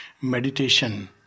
meditation